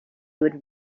would